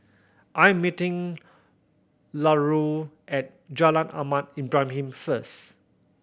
I'm meeting Larue at Jalan Ahmad Ibrahim first